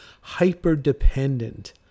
hyper-dependent